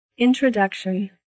introduction